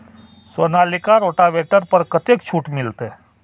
Sonalika rotavator पर कतेक छूट मिलते?